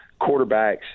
quarterbacks